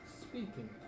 Speaking